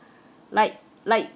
like like